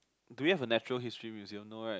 do we have a natural history museum no right